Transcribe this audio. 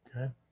Okay